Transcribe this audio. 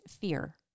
fear